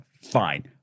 Fine